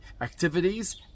activities